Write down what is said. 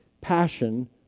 passion